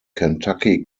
kentucky